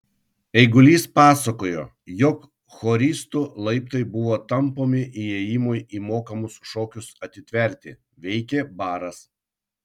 eigulys pasakojo jog choristų laiptai buvo tampomi įėjimui į mokamus šokius atitverti veikė baras